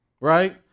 right